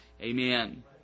Amen